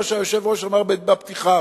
מה שהיושב-ראש אמר בפתיחה,